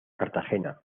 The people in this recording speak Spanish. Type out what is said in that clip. cartagena